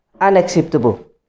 unacceptable